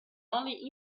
only